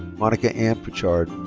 monica anne pritchard.